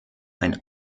ein